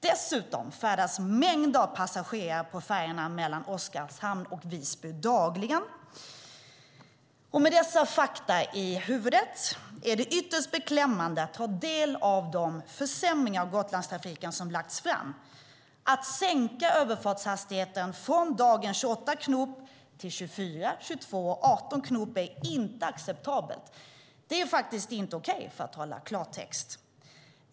Dessutom färdas dagligen mängder av passagerare på färjorna mellan Oskarshamn och Visby. Med dessa fakta i åtanke är det ytterst beklämmande att ta del av de förslag till försämringar av Gotlandstrafiken som lagts fram. Att sänka överfartshastigheten från dagens 28 knop till 24, 22 och 18 knop är inte acceptabelt. Det är inte okej, för att tala klartext.